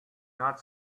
not